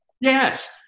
Yes